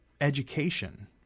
education